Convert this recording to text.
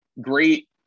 great